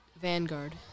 Vanguard